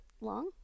long